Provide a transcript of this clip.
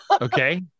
Okay